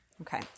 Okay